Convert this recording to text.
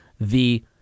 the-